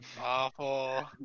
Awful